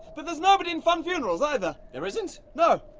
but there's nobody in funn funerals either. there isn't? no.